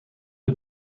who